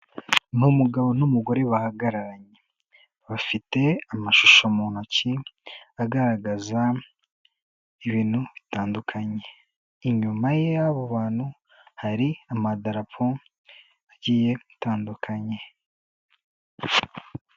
Ni umugabo n'umugore bahagararanye, bafite amashusho mu ntoki agaragaza ibintu bitandukanye, inyuma y'abo bantu hari amadarapo agiye gutandukanye.